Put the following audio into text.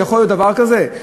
יכול להיות דבר כזה?